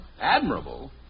Admirable